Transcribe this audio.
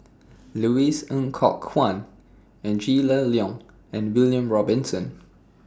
Louis Ng Kok Kwang Angela Liong and William Robinson